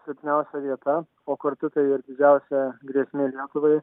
silpniausia vieta o kartu ir didžiausia grėsmė lietuvai